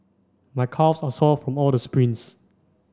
my calves are sore from all the sprints